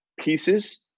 pieces